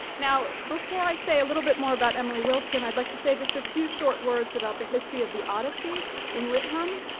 now before i say a little bit more about emily wilson, i'd like to say just a few short words about the history of the odyssey in lit hum.